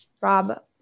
Rob